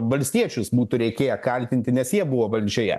valstiečius būtų reikėję kaltinti nes jie buvo valdžioje